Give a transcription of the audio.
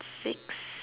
six